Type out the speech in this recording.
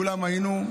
כולם היינו.